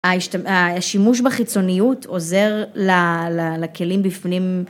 השימוש בחיצוניות עוזר לכלים בפנים